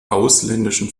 ausländischen